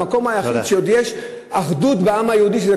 את המקום היחיד שבו עוד יש אחדות בעם היהודי,